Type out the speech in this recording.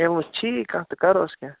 ییٚلہِ نہٕ وٕ چُھیٖی کانٛہہ تہٕ کَروس کیٚنٛہہ